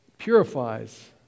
purifies